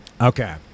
Okay